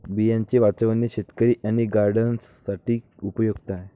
बियांचे वाचवणे शेतकरी आणि गार्डनर्स साठी खूप उपयुक्त आहे